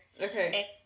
Okay